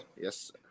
Yes